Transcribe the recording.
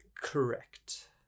Correct